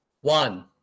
One